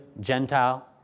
Gentile